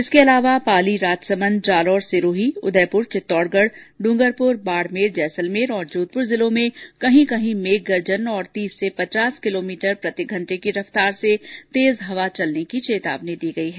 इसके अलावा पाली राजसमंद जालोर सिरोही उदयपुर चित्तौडगढ ड्रंगरपुर बाडमेर जैसलमेर और जोधपुर जिलों में कहीं कहीं मेघगर्जन और तीस से पचास किलोमीटर प्रति घंटे की रफ्तार से तेज हवा चलने की चेतावनी दी गई है